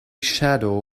shadow